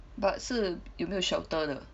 but 是有没有 shelter 的